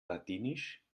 ladinisch